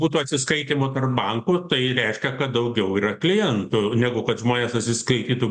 būtų atsiskaitymų tarp bankų tai reiškia kad daugiau yra klientų negu kad žmonės atsiskaitytų